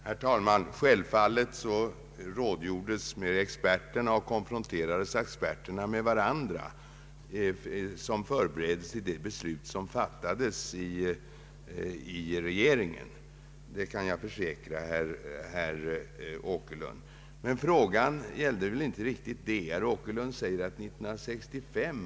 Herr talman! Självfallet rådgjordes med experterna och konfronterades experterna med varandra som förberedelse till det beslut som fattades av regeringen. Herr Åkerlund säger nu att man hade kunnat ändra sig 1965.